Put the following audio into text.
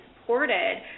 supported